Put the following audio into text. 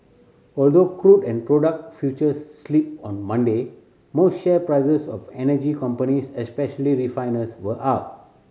although crude and product futures slipped on Monday most share prices of energy companies especially refiners were up